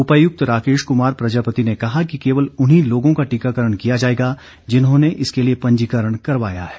उपायुक्त राकेश कुमार प्रजापति ने कहा कि केवल उन्हीं लोगों का टीकाकरण किया जाएगा जिन्होंने इसके लिए पंजीकरण करवाया है